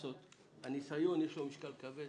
- לניסיון יש משקל כבד.